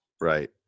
Right